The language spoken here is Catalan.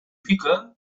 pica